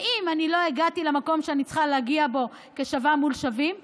ואם אני לא הגעתי למקום שאני צריכה להגיע אליו כשווה בין שווים,